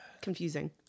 confusing